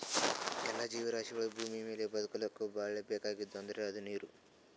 ಎಲ್ಲಾ ಜೀವರಾಶಿಗಳಿಗ್ ಭೂಮಿಮ್ಯಾಲ್ ಬದಕ್ಲಕ್ ಭಾಳ್ ಬೇಕಾಗಿದ್ದ್ ಅಂದ್ರ ಅದು ನೀರ್